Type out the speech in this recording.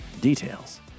details